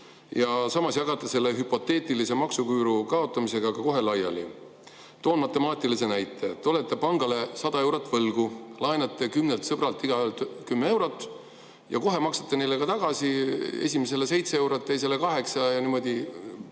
ja jagate selle hüpoteetilise maksuküüru kaotamisega kohe laiali. Toon matemaatilise näite. Te olete pangale 100 eurot võlgu. Laenate kümnelt sõbralt, igaühelt 10 eurot ja kohe maksate neile ka tagasi: esimesele 7 eurot, teisele 8 ja niimoodi